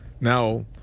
Now